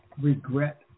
regret